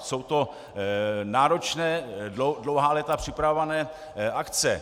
Jsou to náročné, dlouhá léta připravované akce.